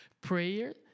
Prayer